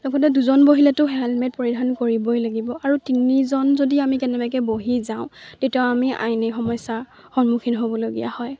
লগতে দুজন বহিলেতো হেলমেট পৰিধান কৰিবই লাগিব আৰু তিনিজন যদি আমি কেনেবাকৈ বহি যাওঁ তেতিয়াও আমি আইনী সমস্যাৰ সন্মুখীন হ'বলগীয়া হয়